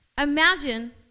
Imagine